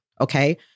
okay